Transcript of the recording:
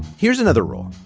here's another raw.